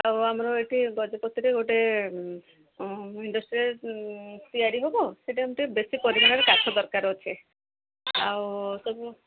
ଆଉ ଆମର ଏଠି ଗଜପତିରେ ଗୋଟେ ଇଣ୍ଡଷ୍ଟ୍ରିରେ ତିଆରି ହବ ସେଟା ଏମିତି ବେଶୀ ପରିମାଣରେ କାଠ ଦରକାର ଅଛି ଆଉ ସବୁ